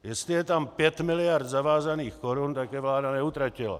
Jestli je tam pět miliard zavázaných korun, tak je vláda neutratila.